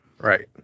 Right